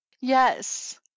yes